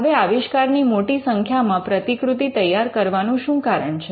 હવે આવિષ્કાર ની મોટી સંખ્યામાં પ્રતિકૃતિ તૈયાર કરવાનું શું કારણ છે